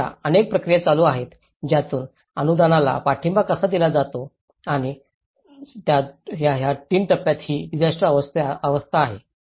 आणि अशा अनेक प्रक्रिया चालू आहेत ज्यातून अनुदानाला पाठिंबा कसा दिला जातो आणि p टप्प्यात ही डिसास्टर अवस्था आहे